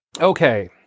Okay